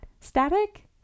static